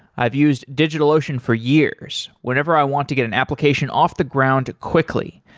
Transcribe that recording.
i've used digitalocean for years whenever i want to get an application off the ground quickly,